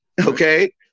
okay